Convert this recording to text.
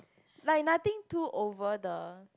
like nothing too over the